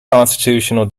constitutional